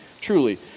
truly